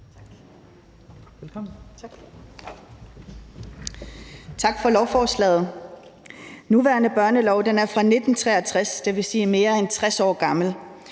Tak for lovforslaget. Den nuværende børnelov er fra 1963 og er altså mere end 60 år gammel.